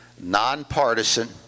nonpartisan